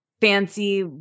fancy